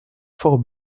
fort